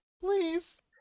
please